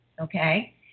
okay